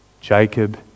Jacob